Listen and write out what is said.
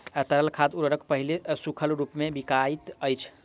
तरल खाद उर्वरक पहिले सूखल रूपमे बिकाइत अछि